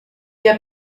der